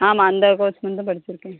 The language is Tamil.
ஆமாம் அந்த கோர்ஸ் மட்டும் தான் படிச்சுருக்கேன்